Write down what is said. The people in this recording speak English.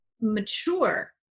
mature